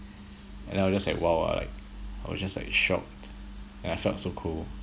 and I was just like !wow! like I was just like shocked and I felt so cold